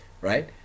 right